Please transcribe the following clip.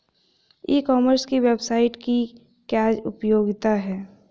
ई commerce की website की क्या उपयोगिता है?